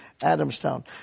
Adamstown